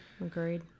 agreed